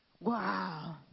Wow